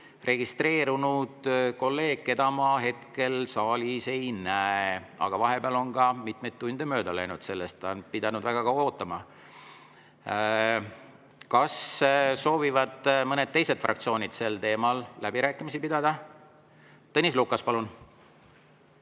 registreerunud kolleeg, keda ma hetkel saalis ei näe. Aga vahepeal on ka mitmeid tunde mööda läinud sellest, ta on pidanud väga kaua ootama. Kas soovivad mõned teised fraktsioonid sellel teemal läbirääkimisi pidada? Tõnis Lukas, palun!